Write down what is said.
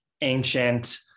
ancient